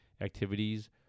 activities